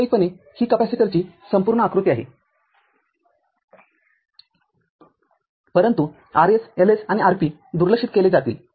वास्तविकपणे ही कॅपेसिटरची संपूर्ण आकृती आहेपरंतु Rs Ls आणि Rp दुर्लक्षित केले जातील